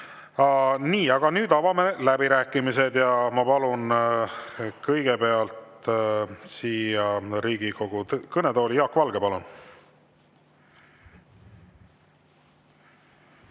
Nii, nüüd avame läbirääkimised ja ma palun kõigepealt siia Riigikogu kõnetooli Jaak Valge. Palun!